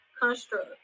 construct